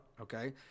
Okay